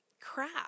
crap